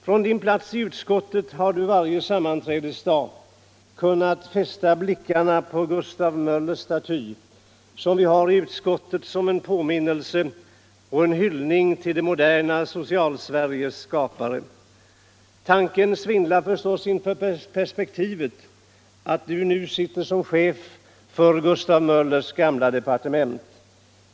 Från din plats i utskottet har du varje sammanträdesdag kunnat fästa blickarna på Gustav Möllers staty, som vi har i utskottet som en påminnelse om och en hyllning till det moderna Socialsveriges skapare. Tanken svindlar förstås inför perspektivet att du nu sitter som chef för Gustav Möllers Allmänpolitisk debatt Allmänpolitisk debatt gamla departement.